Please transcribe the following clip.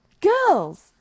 Girls